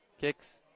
kicks